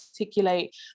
articulate